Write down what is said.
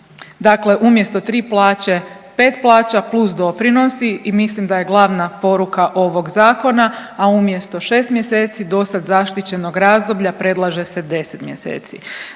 Dakle umjesto 3 plaće, 5 plaća + doprinosi i mislim da je glavna poruka ovog Zakona, a umjesto 6 mjeseci, dosad zaštićenog razdoblja, predlaže se 10 mjeseci.